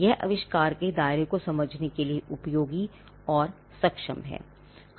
यह आविष्कार के दायरे को समझने के लिए उपयोगी और सक्षम है